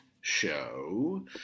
show